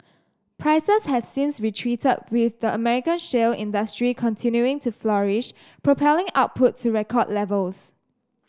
prices have since retreated with the American shale industry continuing to flourish propelling output to record levels